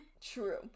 True